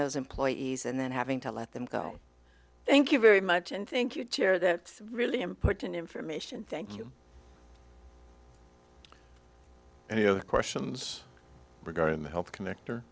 those employees and then having to let them go thank you very much and thank you it's really important information thank you any other questions regarding the health connector